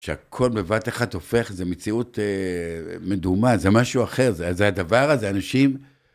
שהכל בבת אחת הופך, זה מציאות מדומה, זה משהו אחר, זה הדבר הזה, אנשים